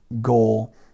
goal